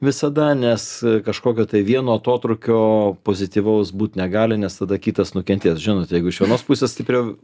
visada nes kažkokio tai vieno atotrūkio pozityvaus būt negali nes tada kitas nukentės žinot jeigu iš vienos pusės stipriau